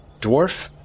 dwarf